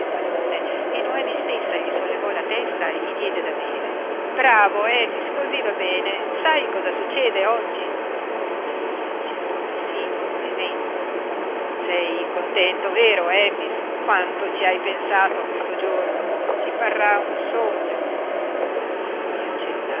padrone e noemi stessa gli sollevò la testa e gli diede da bere bravo efix cosí va bene sai cosa succede oggi egli accennò di sí bevendo sei contento vero efix quanto ci hai pensato a questo giorno ti parrà un sogno egli